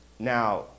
Now